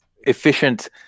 efficient